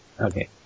Okay